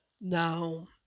Now